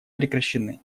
прекращены